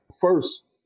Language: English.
first